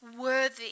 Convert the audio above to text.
worthy